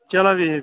چلو بہِو بہِو